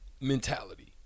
mentality